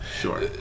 Sure